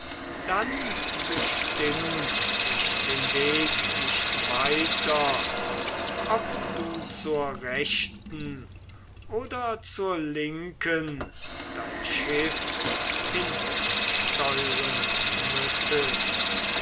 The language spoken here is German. dann bestimm ich den weg nicht weiter ob du zur rechten oder zur linken dein schiff hinsteuern müssest